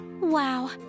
Wow